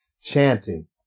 chanting